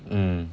mm